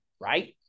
right